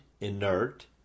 inert